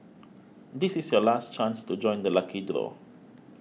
this is your last chance to join the lucky draw